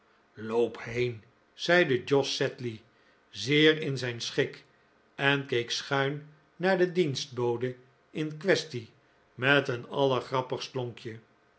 loop heen zeide jos sedley zeer in zijn schik en keek schuin naar de dienstbode in quaestie met een allergrappigst